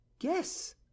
yes